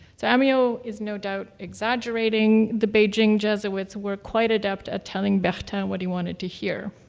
so um you know is no doubt exaggerating. the beijing jesuits were quite adept at telling bertin what he wanted to hear.